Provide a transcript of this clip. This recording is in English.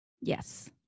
Yes